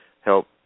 help